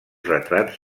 retrats